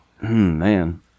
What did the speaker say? Man